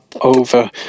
Over